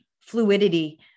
fluidity